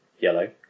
yellow